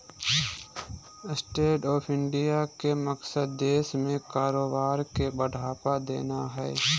stand up India के मकसद देश में कारोबार के बढ़ावा देना हइ